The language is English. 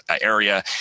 area